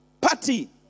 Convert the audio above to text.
party